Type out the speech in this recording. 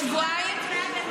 שבועיים?